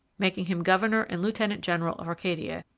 making him governor and lieutenant general of acadia,